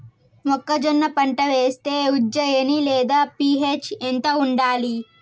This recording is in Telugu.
మొక్కజొన్న పంట వేస్తే ఉజ్జయని లేదా పి.హెచ్ ఎంత ఉండాలి?